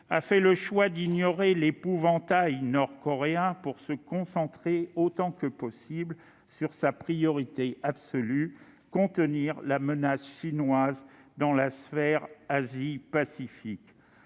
a fait le choix d'ignorer l'épouvantail nord-coréen pour se concentrer, autant que possible, sur sa priorité absolue : contenir la menace chinoise dans la sphère Asie-Pacifique.